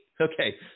Okay